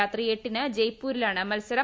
രാത്രി എട്ടിന് ജയ്പൂരിലാണ് മത്സരം